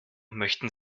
möchten